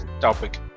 topic